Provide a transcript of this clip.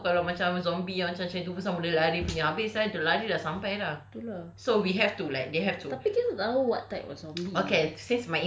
because tak boleh already sia kau tahu kalau macam zombie yang macam macam itu besar boleh lari punya habis [sial] dia lari sudah sampai dah so we have to like they have to